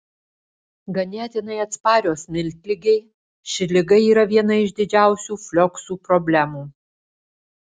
ganėtinai atsparios miltligei ši liga yra viena iš didžiausių flioksų problemų